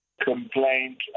complaint